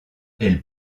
elle